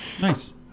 Nice